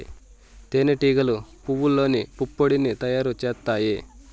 తేనె టీగలు పువ్వల్లోని పుప్పొడిని తయారు చేత్తాయి